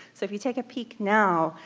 so if you take a peek now,